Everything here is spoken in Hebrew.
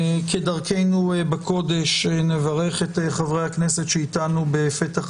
כדרכנו בקודש נברך את חברי הכנסת שאיתנו בפתח הדיון,